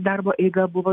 darbo eiga buvo